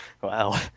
Wow